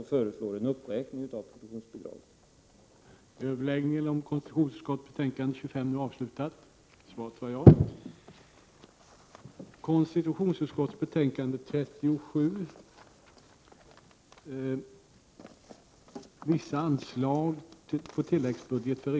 Vi föreslår en uppräkning av produktionsbidraget.